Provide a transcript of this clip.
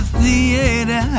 theater